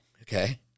Okay